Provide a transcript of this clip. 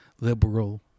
liberal